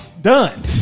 Done